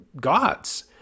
gods